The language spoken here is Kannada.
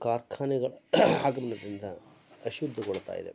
ಕಾರ್ಖಾನೆಗಳ ಆಗಮನದಿಂದ ಅಶುದ್ಧಗೊಳ್ತಾ ಇದೆ